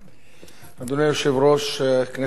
אדוני היושב-ראש, כנסת נכבדה,